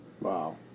Wow